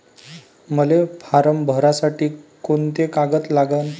मले फारम भरासाठी कोंते कागद लागन?